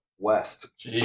West